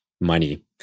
money